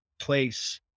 place